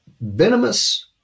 venomous